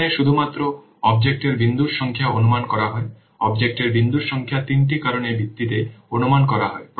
এখানে শুধুমাত্র অবজেক্টর বিন্দুর সংখ্যা অনুমান করা হয় অবজেক্টর বিন্দুর সংখ্যা তিনটি কারণের ভিত্তিতে অনুমান করা হয়